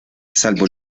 salvó